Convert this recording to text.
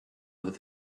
other